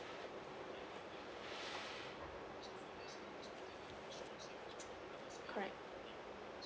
correct